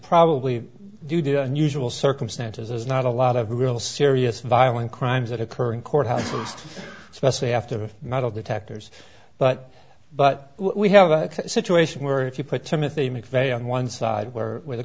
probably due to the unusual circumstances is not a lot of real serious violent crimes that occur in courthouses especially after a metal detectors but but we have a situation where if you put timothy mcveigh on one side where w